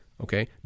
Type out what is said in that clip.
Okay